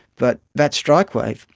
but that strike wave,